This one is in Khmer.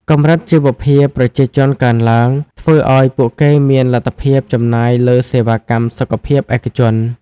កម្រិតជីវភាពប្រជាជនកើនឡើង ធ្វើឱ្យពួកគេមានលទ្ធភាពចំណាយលើសេវាកម្មសុខភាពឯកជន។